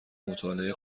مطالعه